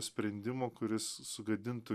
sprendimo kuris sugadintų